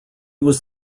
was